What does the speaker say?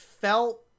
felt